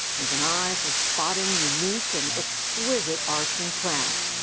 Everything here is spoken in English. with an eye for spotting unique and exquisite arts and crafts.